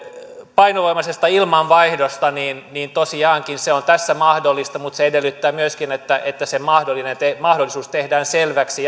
painovoimaisesta ilmanvaihdosta tosiaankin se on tässä mahdollista mutta se edellyttää myöskin että että se mahdollisuus tehdään selväksi